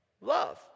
Love